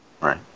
right